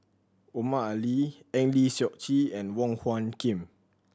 Omar Ali Eng Lee Seok Chee and Wong Hung Khim